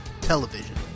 television